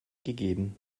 gegeben